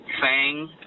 FANG